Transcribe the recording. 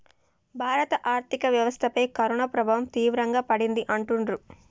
భారత ఆర్థిక వ్యవస్థపై కరోనా ప్రభావం తీవ్రంగా పడింది అంటుండ్రు